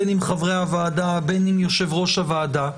בין אם חברי הוועדה, בין אם יושב-ראש הוועדה.